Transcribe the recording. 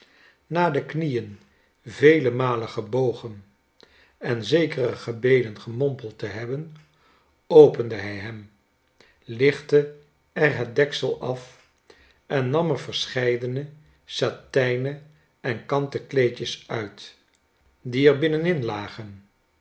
na de knieen vele malen gebogen en zekere gebeden gemompeld te hebben opende hij hem lichtte er het deksel af en nam er verscheidene satijnen en kanun kleedjes uit die er binnenin lagen